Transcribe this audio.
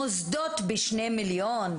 מוסדות בשני מיליון?